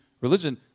religion